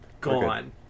gone